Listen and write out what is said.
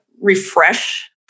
refresh